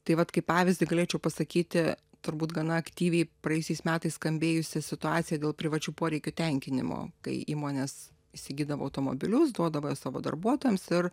tai vat kaip pavyzdį galėčiau pasakyti turbūt gana aktyviai praėjusiais metais skambėjusi situacija dėl privačių poreikių tenkinimo kai įmonės įsigydavo automobilius duodavo savo darbuotojams ir